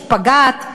שפגאט,